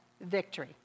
victory